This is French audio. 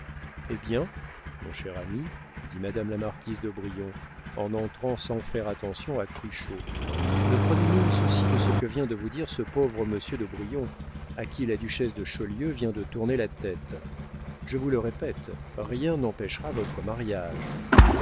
hé bien mon cher ami dit madame la marquise d'aubrion en entrant sans faire attention à cruchot ne prenez nul souci de ce que vient de vous dire ce pauvre monsieur d'aubrion à qui la duchesse de chaulieu vient de tourner la tête je vous le répète rien n'empêchera votre mariage